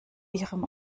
ihrem